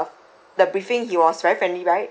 the briefing he was very friendly right